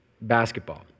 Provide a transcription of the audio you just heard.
basketball